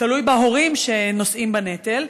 תלוי בהורים שנושאים בנטל.